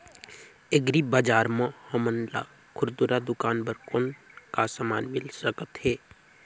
Agri बजार म हमन ला खुरदुरा दुकान बर कौन का समान मिल सकत हे?